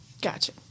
Gotcha